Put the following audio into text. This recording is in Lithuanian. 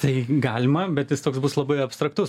tai galima bet jis toks bus labai abstraktus